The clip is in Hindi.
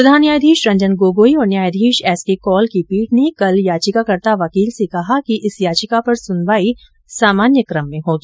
प्रधान न्यायाधीश रंजन गोगोई और न्यायाधीश एस के कौल की पीठ ने कल याचिकाकर्ता वकील से कहा कि इस याचिका पर सुनवाई सामान्य क्रम में होगी